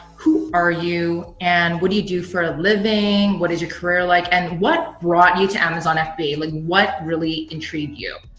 who are you and what do you do for a living? what is your career like? and what brought you to amazon fba? like what really intrigued you?